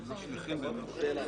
יש נציגים של חברות ישראליות אחרות